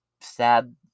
sad